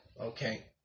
Okay